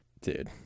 dude